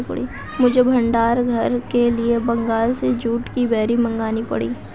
मुझे भंडार घर के लिए बंगाल से जूट की बोरी मंगानी पड़ी